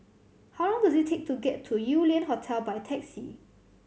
how long does it take to get to Yew Lian Hotel by taxi